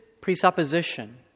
presupposition